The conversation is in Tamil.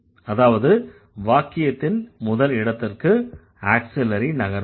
அதாவது வாக்கியத்தின் முதல் இடத்திற்கு ஆக்ஸிலரி நகர்வது